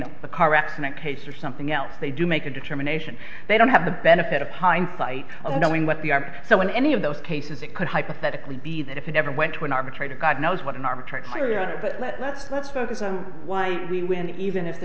case or something else they do make a determination they don't have the benefit of hindsight knowing what the are so when any of those cases it could hypothetically be that if it ever went to an arbitrator god knows what an arbitrary other but let let's let's focus on why we win even if the